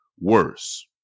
worse